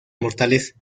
mortales